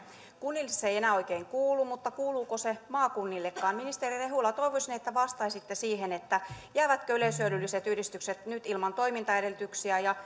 kunnille se ei enää oikein kuulu mutta kuuluuko se maakunnillekaan ministeri rehula toivoisin että vastaisitte jäävätkö yleishyödylliset yhdistykset nyt ilman toimintaedellytyksiä ja